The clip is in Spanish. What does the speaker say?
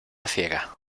ciega